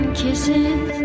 kisses